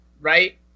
right